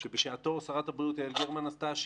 ששרת הבריאות יעל גרמן עשתה,